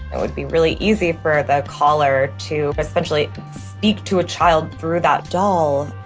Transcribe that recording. it would be really easy for the caller to essentially speak to a child through that doll.